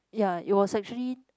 ya it was actually